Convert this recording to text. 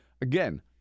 Again